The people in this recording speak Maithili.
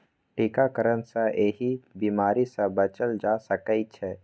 टीकाकरण सं एहि बीमारी सं बचल जा सकै छै